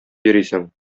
йөрисең